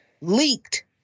leaked